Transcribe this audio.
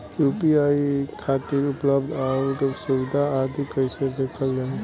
UPI खातिर उपलब्ध आउर सुविधा आदि कइसे देखल जाइ?